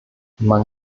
man